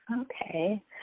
Okay